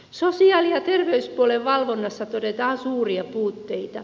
sosiaali ja terveyspuolen valvonnassa todetaan suuria puutteita